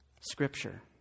scripture